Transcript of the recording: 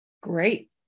Great